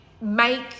make